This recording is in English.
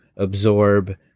absorb